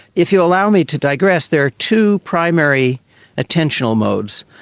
if you'll allow me to digress, there are two primary attentional modes.